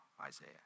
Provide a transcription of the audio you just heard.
Isaiah